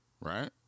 Right